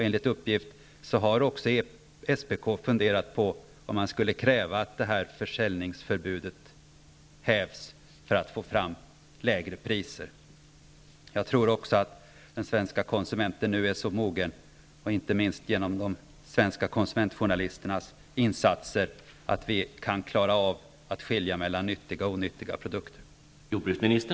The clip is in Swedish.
Enligt uppgift har SPK funderat på att kräva att försäljningsförbudet skall hävas för att få lägre priser. Jag tror att de svenska konsumenterna nu är så mogen, inte minst genom svenska konsumentjournalisters insatser, att vi kan klara av att skilja mellan nyttiga och onyttiga produkter.